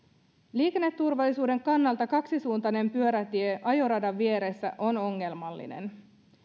liikenneturvallisuuden kannalta kaksisuuntainen pyörätie ajoradan vieressä on ongelmallinen